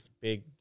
big